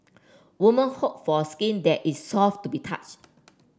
woman hope for skin that is soft to be touch